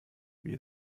wie